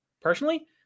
personally